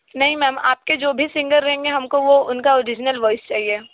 नहीं मेम आपके जो भी सिंगर रहेंगे हम को वो उनका ओरिजिनल वोइस चाहिए